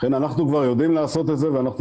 אנחנו כבר יודעים לעשות את זה ואנחנו